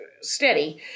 steady